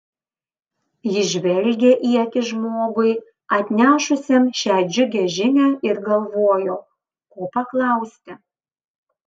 jis žvelgė į akis žmogui atnešusiam šią džiugią žinią ir galvojo ko paklausti